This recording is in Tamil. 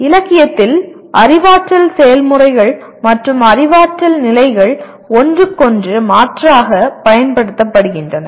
இலக்கியத்தில் அறிவாற்றல் செயல்முறைகள் மற்றும் அறிவாற்றல் நிலைகள் ஒன்றுக்கொன்று மாற்றாகப் பயன்படுத்தப்படுகின்றன